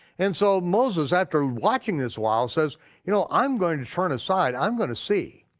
and so moses, after watching this awhile, says you know, i'm going to turn aside, i'm gonna see.